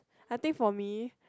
I think for me